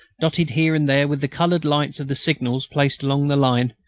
dotted here and there with the coloured lights of the signals placed along the line,